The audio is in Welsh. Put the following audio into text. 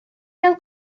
gael